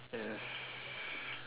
yes